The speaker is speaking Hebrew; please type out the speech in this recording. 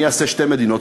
אני אעשה שתי מדינות,